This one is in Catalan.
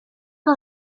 que